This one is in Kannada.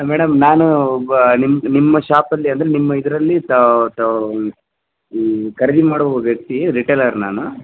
ಮೇಡಮ್ ನಾನು ಬ ನಿಮ್ಮ ನಿಮ್ಮ ಶಾಪಲ್ಲಿ ಅಂದರೆ ನಿಮ್ಮ ಇದರಲ್ಲಿ ತ ತೋ ಈ ಖರೀದಿ ಮಾಡುವ ವ್ಯಕ್ತಿ ರಿಟೇಲರ್ ನಾನು